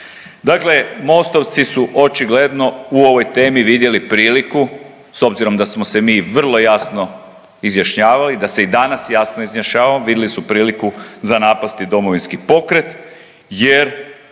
Dakle, mostovci su očigledno u ovoj temi vidjeli priliku, s obzirom da smo se mi vrlo jasno izjašnjavali, da se i dalje javno izjašnjavamo, vidli su priliku za napasti Domovinski pokret jer